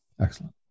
Excellent